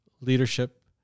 leadership